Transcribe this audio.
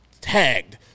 tagged